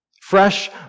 fresh